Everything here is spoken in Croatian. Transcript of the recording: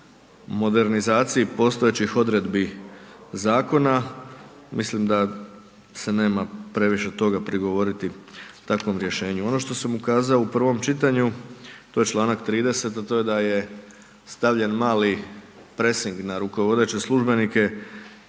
o modernizaciji postojećih odredbi Zakona, mislim da se nema previše toga prigovoriti takvom rješenju. Ono što sam ukazao u prvom čitanju, to je članak 30., a to je da je stavljen mali presing na rukovodeće službenike